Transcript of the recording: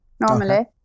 normally